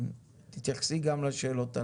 תתייחסי גם לשאלות הללו.